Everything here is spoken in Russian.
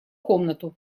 комнату